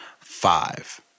five